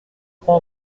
prend